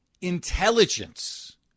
intelligence